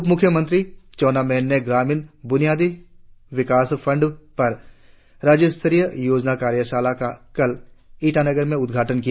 उपमुख्यमंत्री चाउना मेन ने ग्रामीण ब्रुनियादी विकास फंड पर राज्यस्तरी योजना कार्यशाला का कल ईटानगर में उद्घटन किया